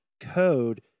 code